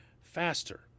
faster